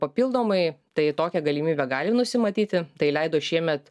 papildomai tai tokią galimybę gali nusimatyti tai leido šiemet